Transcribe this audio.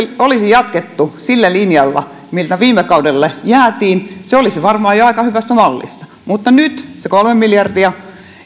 olisi jatkettu sillä linjalla mille viime kaudella jäätiin se olisi varmaan jo aika hyvässä mallissa mutta nyt se kolme miljardia